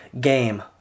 Game